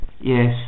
Yes